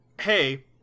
Hey